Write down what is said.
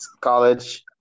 college